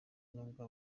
nubwo